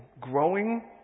Growing